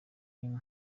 bin